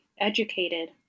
educated